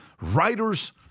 Writers